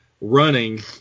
running